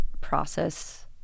process